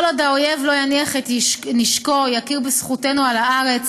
כל עוד האויב לא יניח את נשקו ויכיר בזכותנו על הארץ